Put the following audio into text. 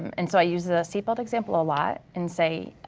um and so i use the seatbelt example a lot and say,